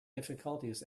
difficulties